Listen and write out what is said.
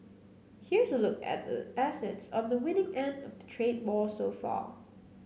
here's a look at the assets on the winning end of the trade war so far